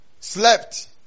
Slept